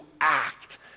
act